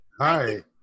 Hi